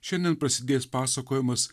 šiandien prasidės pasakojimas